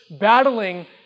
battling